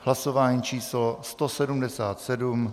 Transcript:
Hlasování číslo 177.